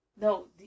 No